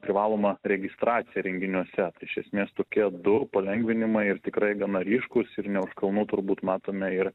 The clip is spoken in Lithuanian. privaloma registracija renginiuose tai iš esmės tokie du palengvinimai ir tikrai gana ryškūs ir ne už kalnų turbūt matome ir